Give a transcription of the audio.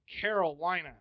Carolina